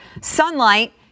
sunlight